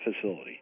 facility